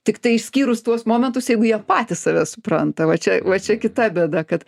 tiktai išskyrus tuos momentus jeigu jie patys save supranta va čia va čia kita bėda kad